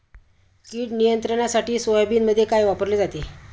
कीड नियंत्रणासाठी सोयाबीनमध्ये काय वापरले जाते?